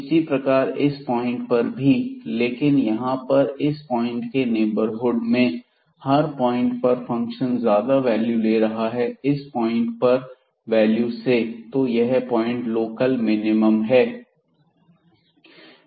इसी प्रकार इस पॉइंट पर भी लेकिन यहां पर इस पॉइंट के नेबरहुड में हर पॉइंट पर फंक्शन ज्यादा वैल्यू ले रहा है इस पॉइंट पर वैल्यू से तो यह पॉइंट लोकल मिनिमम है